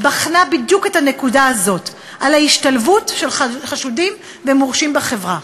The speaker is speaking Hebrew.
בחנה בדיוק את הנקודה הזאת של השתלבות חשודים ומורשעים בחברה.